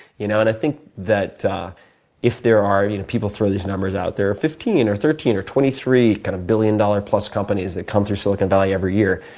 you know and i think that if there are you know, people throw these number out. there are fifteen or thirteen, or twenty three kind of billion-dollar-plus companies that come through silicon valley every year.